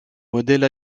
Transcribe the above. modèle